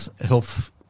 health